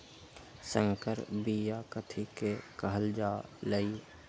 संकर बिया कथि के कहल जा लई?